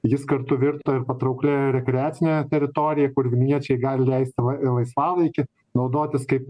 jis kartu virto ir patrauklia rekreacine teritorija kur vilniečiai gali leisti l laisvalaikį naudotis kaip